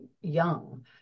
young